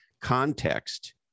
context